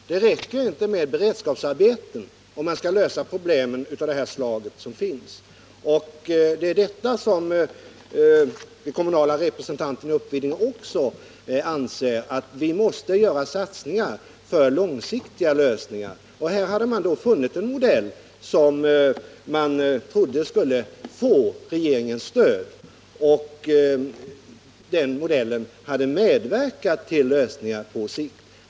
Herr talman! Det räcker inte med beredskapsarbeten om man skall lösa problem av det här slaget. Det är detta som de kommunala representanterna i Uppvidinge kommun också anser. Vi måste göra satsningar för en långsiktig lösning. Och här hade de funnit en modell som de trodde skulle få regeringens stöd, och den modellen hade medverkat till en lösning på sikt.